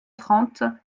trente